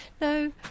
No